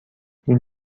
این